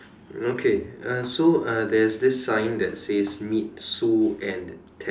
okay uh so uh there's this sign that says meet Sue and Ted